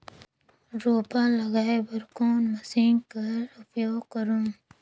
रोपा लगाय बर कोन मशीन कर उपयोग करव?